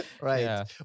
Right